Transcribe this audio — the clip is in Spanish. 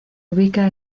ubica